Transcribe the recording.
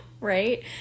Right